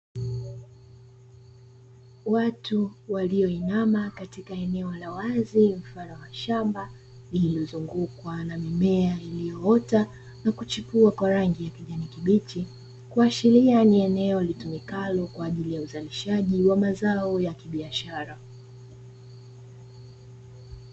Watu walioinama katika eneo la wazi mfano wa shamba lililozungukwa na mimea iliyoota na kuchipua kwa rangi ya kijani kibichi, kuashiria ni eneo litumikalo kwa ajili ya uzalishaji wa mazao ya kibiashara.